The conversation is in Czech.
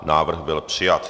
Návrh byl přijat.